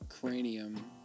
Cranium